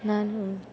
ನಾನು